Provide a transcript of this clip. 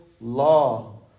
law